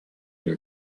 your